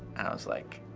i was like,